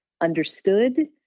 understood